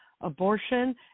abortion